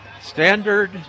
Standard